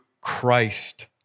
Christ